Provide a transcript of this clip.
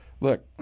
look